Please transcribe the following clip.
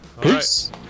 Peace